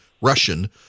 Russian